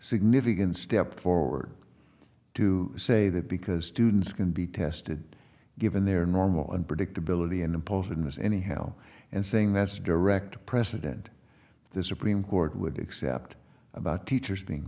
significant step forward to say that because students can be tested given their normal unpredictability and imposing this anyhow and saying that's direct president the supreme court would accept about teachers being